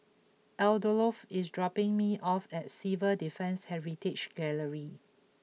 Adolfo is dropping me off at Civil Defence Heritage Gallery